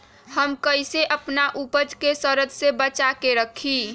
हम कईसे अपना उपज के सरद से बचा के रखी?